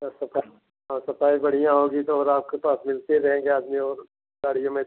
हाँ सफ़ाई हाँ सफ़ाई बढ़िया होगी तो और आपके पास मिलते रहेंगे आदमी और गाड़ियों में से